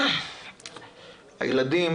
הילדים,